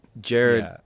Jared